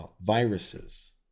viruses